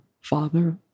father